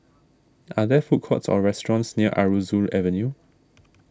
are there food courts or restaurants near Aroozoo Avenue